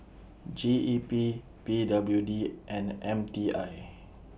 G E P P W D and M T I